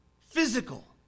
Physical